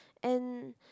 and